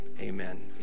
Amen